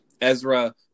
Ezra